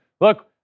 look